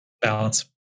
Balance